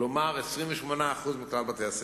כלומר 28% מכלל בתי-הספר.